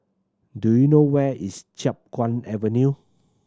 do you know where is Chiap Guan Avenue